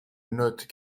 notes